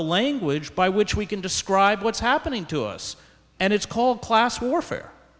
the language by which we can describe what's happening to us and it's called class warfare